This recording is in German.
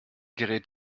gerät